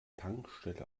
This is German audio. tankstelle